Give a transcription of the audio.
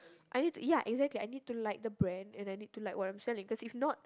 I need to ya exactly I need to like the brand and I need to like what I'm selling cause if not